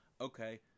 okay